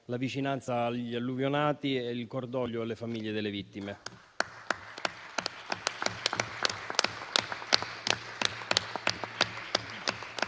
la vicinanza agli alluvionati e il cordoglio alle famiglie delle vittime.